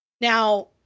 Now